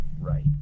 right